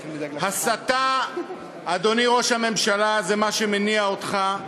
הסתה, אדוני ראש הממשלה, זה מה שמניע אותך,